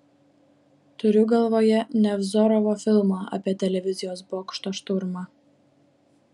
turiu galvoje nevzorovo filmą apie televizijos bokšto šturmą